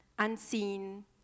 unseen